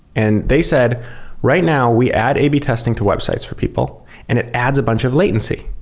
and they said right now we add a b testing to websites for people and it adds a bunch of latency.